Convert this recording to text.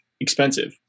expensive